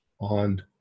on